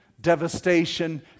devastation